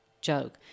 joke